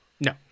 No